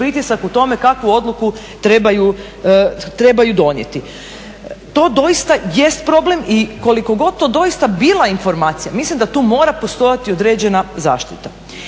pritisak u tome kakvu odluku trebaju donijeti. To doista jest problem i koliko god to doista bila informacija mislim da tu mora postojati određena zaštita.